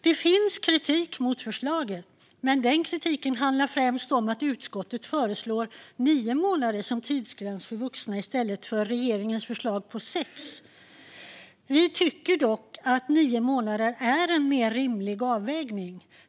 Det finns kritik mot förslaget, men kritiken handlar främst om att utskottet föreslår nio månader som tidsgräns för vuxna i stället för regeringens förslag på sex månader. Vi tycker dock att nio månader är en mer rimlig avvägning.